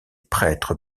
prêtre